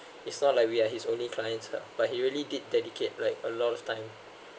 it's not like we are his only clients ah but he really did dedicate like a lot of time